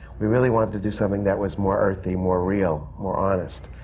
we really wanted to do something that was more earthy, more real, more honest.